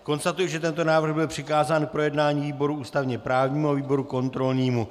Konstatuji, že tento návrh byl přikázán k projednání výboru ústavněprávnímu a výboru kontrolnímu.